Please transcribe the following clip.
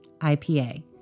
IPA